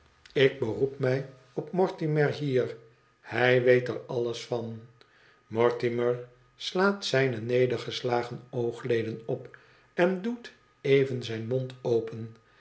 ik beroep mi op mortimer hier hij weet er alles van mortimer slaat zijne nedergeslagen oogleden op en doet even zija mond open